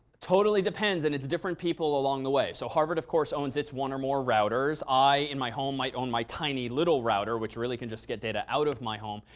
totally depends. and it's different people along the way. so harvard, of course, owns it's one or more routers. i, in my home, might own my tiny little router. which really can just get data out of my home.